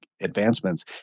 advancements